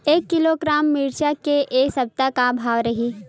एक किलोग्राम मिरचा के ए सप्ता का भाव रहि?